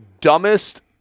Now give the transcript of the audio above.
dumbest